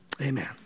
Amen